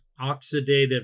oxidative